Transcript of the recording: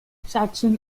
saxon